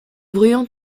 bruyant